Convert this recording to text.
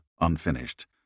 unfinished